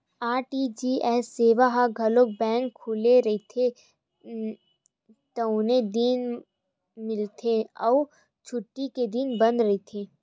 RTGS सेवा ह घलो बेंक खुले रहिथे तउने दिन मिलथे अउ छुट्टी के दिन बंद रहिथे